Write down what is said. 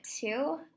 two